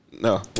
No